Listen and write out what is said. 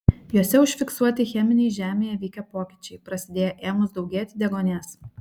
juose užfiksuoti cheminiai žemėje vykę pokyčiai prasidėję ėmus daugėti deguonies